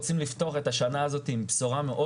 לפתוח את השנה הזאת עם בשורה מאוד